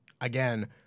Again